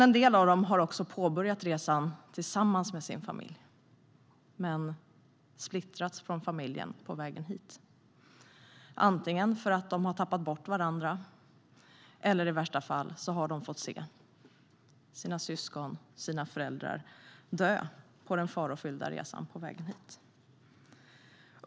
En del av dem har påbörjat resan tillsammans med familjen men skilts från den på vägen hit. Antingen har de tappat bort varandra eller i värsta fall har de sett syskon och föräldrar dö på den farofyllda resan hit.